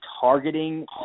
targeting